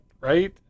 Right